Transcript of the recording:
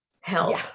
help